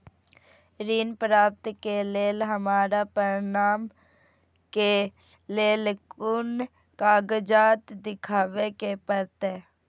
ऋण प्राप्त के लेल हमरा प्रमाण के लेल कुन कागजात दिखाबे के परते?